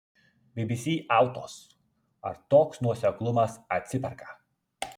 bbc autos ar toks nuoseklumas atsiperka